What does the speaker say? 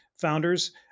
founders